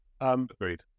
Agreed